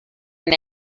and